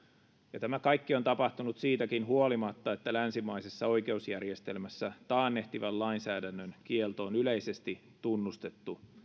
ja tämä kaikki on tapahtunut siitäkin huolimatta että länsimaisessa oikeusjärjestelmässä taannehtivan lainsäädännön kielto on yleisesti tunnustettu